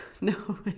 no